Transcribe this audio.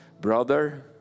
brother